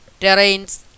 terrains